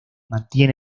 mantiene